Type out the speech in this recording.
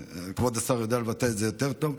כבוד השר יודע לבטא את זה יותר טוב,